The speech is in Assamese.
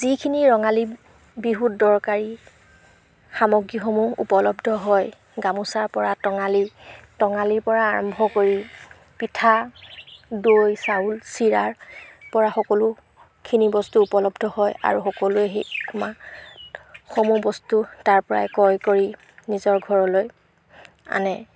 যিখিনি ৰঙালী বিহুত দৰকাৰী সামগ্ৰীসমূহ উপলব্ধ হয় গামোচাৰপৰা টঙালি টঙালিৰপৰা আৰম্ভ কৰি পিঠা দৈ চাউল চিৰাৰপৰা সকলোখিনি বস্তু উপলব্ধ হয় আৰু সকলোৱে সমূহ বস্তু তাৰপৰাই ক্ৰয় কৰি নিজৰ ঘৰলৈ আনে